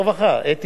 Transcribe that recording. הרווחה והבריאות,